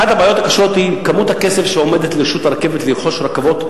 שאחת הבעיות הקשות היא כמות הכסף שעומדת לרשות הרכבת לרכוש רכבות,